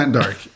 dark